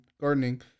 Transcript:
gardening